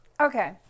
Okay